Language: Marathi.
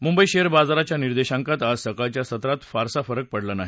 मुंबई शेअर बाजाराच्या निर्देशांकात आज सकाळच्या सत्रात फारसा फरक पडला नाही